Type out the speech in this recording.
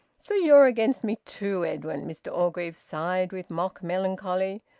so you're against me too, edwin! mr orgreave sighed with mock melancholy.